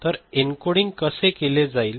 तर हे एन्कोडिंग कसे केले जाईल